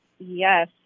Yes